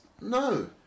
No